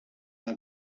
are